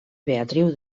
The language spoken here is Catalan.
beatriu